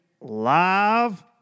live